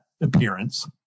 appearance